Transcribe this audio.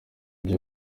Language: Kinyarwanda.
byo